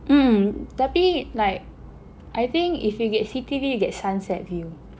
mm tapi like I think if you get city view you get sunset view